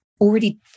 Already